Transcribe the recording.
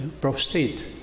prostate